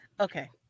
okay